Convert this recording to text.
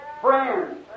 friends